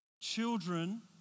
Children